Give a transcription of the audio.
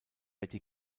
betty